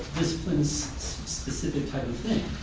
discipline so specific type of thing.